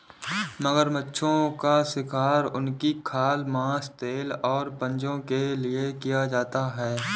मगरमच्छों का शिकार उनकी खाल, मांस, तेल और पंजों के लिए किया जाता है